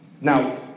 Now